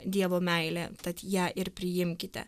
dievo meilė tad ją ir priimkite